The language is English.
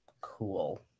cool